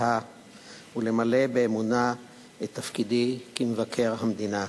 ולמלא באמונה את תפקידי כמבקר המדינה.